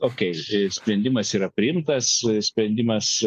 okei sprendimas yra priimtas sprendimas